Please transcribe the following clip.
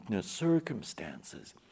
circumstances